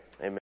amen